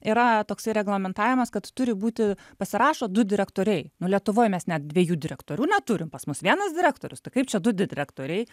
yra toksai reglamentavimas kad turi būti pasirašo du direktoriai nu lietuvoj mes net dviejų direktorių neturim pas mus vienas direktorius tai kaip čia du direktoriai